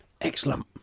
Excellent